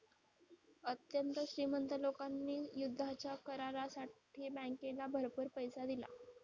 अत्यंत श्रीमंत लोकांनी युद्धाच्या करारासाठी बँकेला भरपूर पैसा दिला